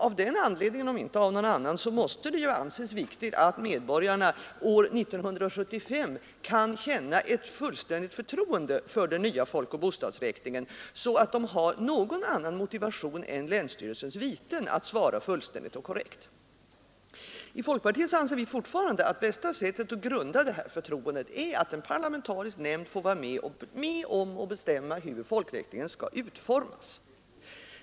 Av den anledningen, om inte av någon annan, måste det anses viktigt att medborgarna år 1975 kan känna ett fullständigt förtroende för den nya folkoch bostadsräkningen, så att de har någon annan motivation än länsstyrelsens viten att svara fullständigt och korrekt. I folkpartiet anser vi fortfarande att det bästa sättet att grunda detta förtroende är att en parlamentarisk nämnd får vara med om att bestämma hur folkoch bostadsräkningen skall utformas.